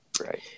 Right